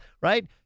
right